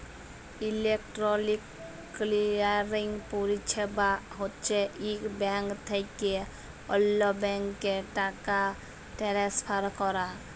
electronic clearing পরিছেবা হছে ইক ব্যাংক থ্যাইকে অল্য ব্যাংকে টাকা টেলেসফার ক্যরা